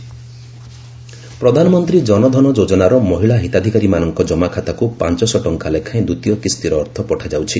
ଗଭ୍ PM GKY ପ୍ରଧାନମନ୍ତ୍ରୀ ଜନଧନ ଯୋଜନାର ମହିଳା ହିତାଧିକାରୀମାନଙ୍କ ଜମାଖାତାକ୍ ପାଞ୍ଚ ଶହ ଟଙ୍କା ଲେଖାଏଁ ଦ୍ୱିତୀୟ କିସ୍ତିର ଅର୍ଥ ପଠାଯାଉଛି